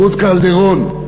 רות קלדרון.